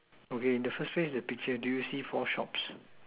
okay in the first place the picture do you see four shops